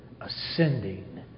ascending